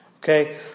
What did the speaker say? okay